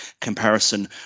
comparison